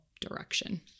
direction